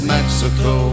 Mexico